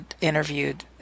interviewed